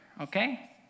okay